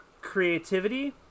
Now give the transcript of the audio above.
creativity